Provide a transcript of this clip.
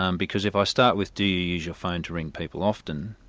um because if i start with do you use your phone to ring people often?